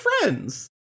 friends